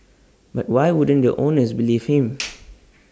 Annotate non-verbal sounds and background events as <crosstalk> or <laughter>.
but why wouldn't the owners believe him <noise>